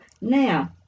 now